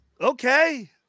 okay